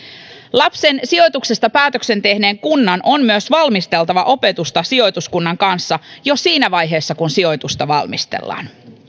lapsen sijoituksesta päätöksen tehneen kunnan on myös valmisteltava opetusta sijoituskunnan kanssa jo siinä vaiheessa kun sijoitusta valmistellaan